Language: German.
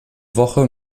woche